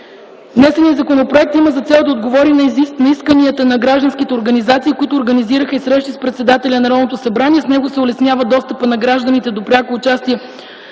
Внесеният законопроект има за цел да отговори на исканията на гражданските организации, които организираха и срещи с председателя на Народното събрание. С него се улеснява достъпа на гражданите до пряко участие